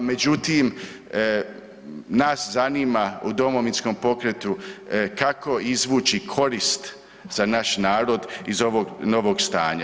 Međutim, nas zanima u Domovinskom pokretu kako izvući korist za naš narod iz ovog novog stanja.